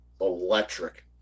electric